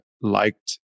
liked